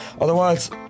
Otherwise